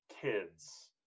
kids